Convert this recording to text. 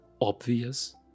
obvious